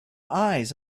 eyes